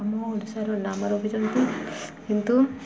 ଆମ ଓଡ଼ିଶାର ନାମ ରଖିଛନ୍ତି କିନ୍ତୁ